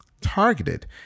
targeted